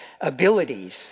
abilities